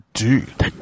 dude